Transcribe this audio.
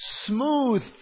smooth